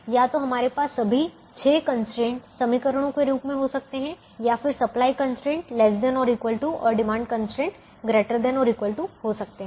या तो हमारे पास सभी 6 कंस्ट्रेंट समीकरणों के रूप में हो सकते हैं या फिर सप्लाई कंस्ट्रेंट ≤ और डिमांड कंस्ट्रेंट ≥ हो सकते हैं